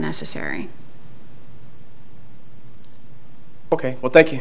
necessary ok well thank you